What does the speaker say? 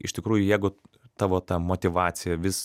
iš tikrųjų jeigu tavo ta motyvacija vis